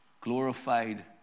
Glorified